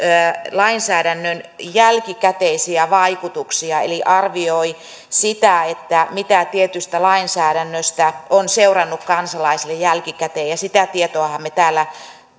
lainsäädännön jälkikäteisiä vaikutuksia eli arvioi sitä mitä tietystä lainsäädännöstä on seurannut kansalaisille jälkikäteen ja sitä tietoahan me täällä